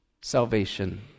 salvation